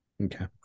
Okay